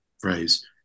phrase